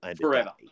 Forever